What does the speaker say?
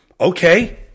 okay